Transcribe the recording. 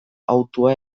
hautua